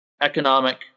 economic